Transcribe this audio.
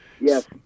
Yes